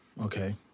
Okay